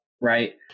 right